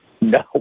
No